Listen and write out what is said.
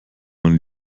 man